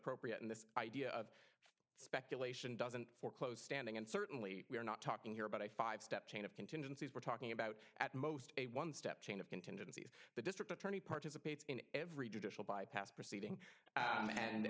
appropriate in this idea of speculation doesn't foreclose standing and certainly we are not talking here about a five step chain of contingencies we're talking about at most a one step chain of contingencies the district attorney participates in every judicial bypass proceeding and